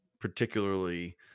particularly